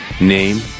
Name